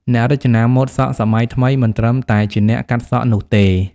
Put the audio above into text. អ្នករចនាម៉ូដសក់សម័យថ្មីមិនត្រឹមតែជាអ្នកកាត់សក់នោះទេ។